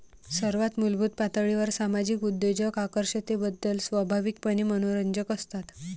सर्वात मूलभूत पातळीवर सामाजिक उद्योजक आकर्षकतेबद्दल स्वाभाविकपणे मनोरंजक असतात